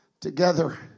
together